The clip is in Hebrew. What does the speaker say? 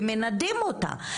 ומנדים אותה.